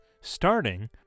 starting